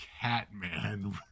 Catman